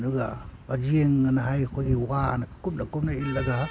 ꯑꯗꯨꯒ ꯄꯖꯦꯡꯑꯅ ꯍꯥꯏ ꯑꯩꯈꯣꯏꯒꯤ ꯋꯥꯅ ꯀꯨꯞꯅ ꯀꯨꯞꯅ ꯏꯠꯂꯒ